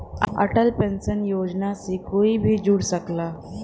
Atal pension Yojana से कोई भी जुड़ सकला